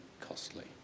costly